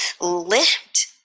lift